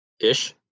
ish